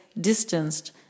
distanced